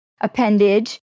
appendage